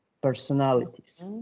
personalities